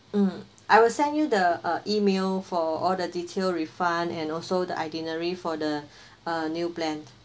mm I will send you the uh email for all the detail refund and also the itinerary for the uh new plan